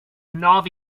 nove